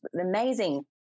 amazing